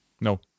No